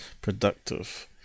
productive